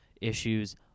issues